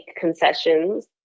concessions